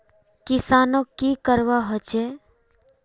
किसानोक की करवा होचे?